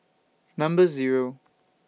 Number Zero